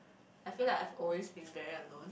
I feel like I've always been very alone